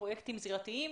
פרוייקטים זירתיים.